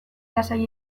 lasai